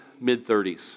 mid-30s